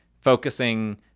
focusing